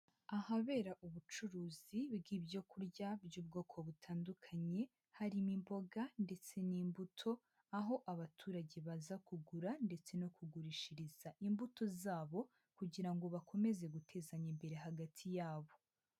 Ahabera ubucuruzi bw'ibyo kurya by'ubwoko butandukanye, harimo imboga ndetse n'imbuto, aho abaturage baza kugura ndetse no kugurishiriza imbuto zabo kugira ngo bakomeze gutezanya imbere hagati yabo.